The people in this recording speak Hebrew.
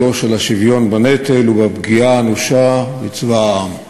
השוויון בנטל והפגיעה האנושה בצבא העם.